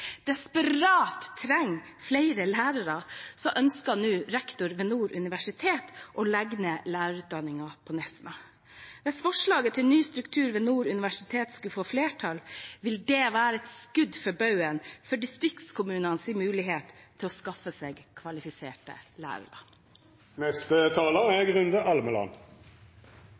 desperat trenger flere lærere, ønsker nå rektor ved Nord universitet å legge ned lærerutdanningen på Nesna. Hvis forslaget til ny struktur ved Nord universitet skulle få flertall, vil det være et skudd for baugen for distriktskommunenes mulighet til å skaffe seg kvalifiserte lærere.